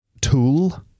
tool